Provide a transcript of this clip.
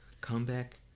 comeback